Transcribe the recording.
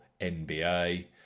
NBA